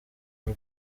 w’u